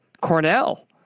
Cornell